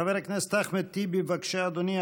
חבר הכנסת אחמד טיבי, בבקשה, אדוני.